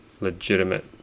legitimate